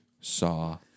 saw